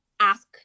Ask